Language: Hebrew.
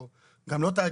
או גם לא תאגידית,